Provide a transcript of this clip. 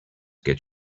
get